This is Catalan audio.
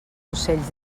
ocells